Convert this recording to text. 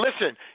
listen